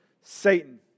Satan